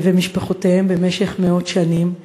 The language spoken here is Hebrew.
ומשפחותיהם, במשך מאות שנים.